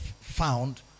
found